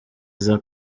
iza